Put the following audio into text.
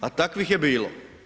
A takvih je bilo.